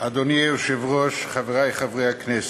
אדוני היושב-ראש, חברי חברי הכנסת,